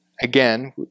again